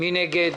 מי נגד?